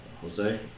Jose